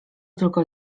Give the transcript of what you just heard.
tylko